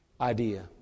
idea